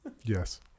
Yes